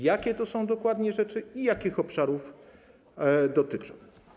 Jakie to są dokładnie rzeczy i jakich obszarów dotyczą?